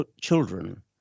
children